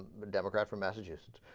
the democrat for messages